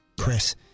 Chris